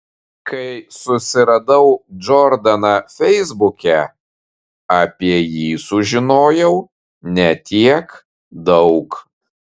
kai susiradau džordaną feisbuke apie jį sužinojau ne tiek daug